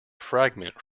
fragment